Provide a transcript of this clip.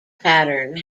pattern